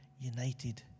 united